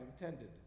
intended